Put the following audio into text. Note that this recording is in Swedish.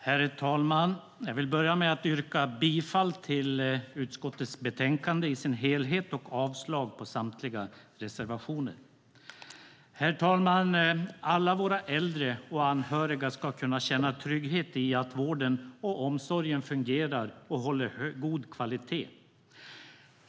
Herr talman! Jag vill börja med att yrka bifall till förslaget i dess helhet i utskottets betänkande och avslag på samtliga reservationer. Herr talman! Alla våra äldre och anhöriga ska kunna känna sig trygga med att vården och omsorgen fungerar och håller god kvalitet.